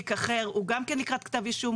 תיק אחר הוא גם כן לקראת כתב אישום,